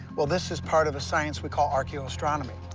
well, this is part of a science we call archaeoastronomy.